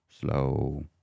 slow